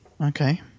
Okay